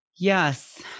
Yes